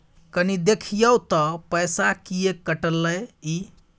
कनी देखियौ त पैसा किये कटले इ?